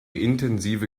intensive